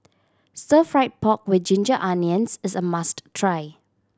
Stir Fried Pork With Ginger Onions is a must try